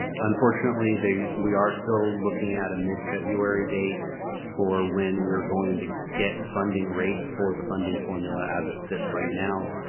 unfortunately, we we are still looking at a mid-february date for when we are going to get funding rates for the funding formula as it sits right now.